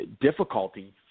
difficulty